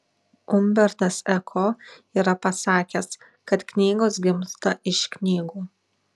umbertas eko yra pasakęs kad knygos gimsta iš knygų